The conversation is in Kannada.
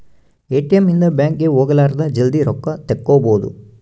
ಎ.ಟಿ.ಎಮ್ ಇಂದ ಬ್ಯಾಂಕ್ ಗೆ ಹೋಗಲಾರದ ಜಲ್ದೀ ರೊಕ್ಕ ತೆಕ್ಕೊಬೋದು